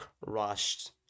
rushed